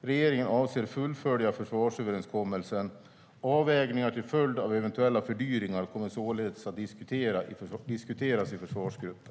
Regeringen avser att fullfölja försvarsöverenskommelsen. Avvägningar till följd av eventuella fördyringar kommer således att diskuteras i försvarsgruppen.